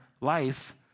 life